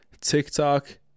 TikTok